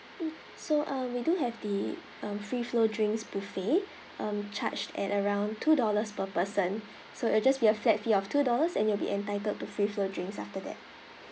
mm so uh we do have the um free flow drinks buffet um charged at around two dollars per person so it'll just be a flat fee of two dollars and you'll be entitled to free flow drinks after that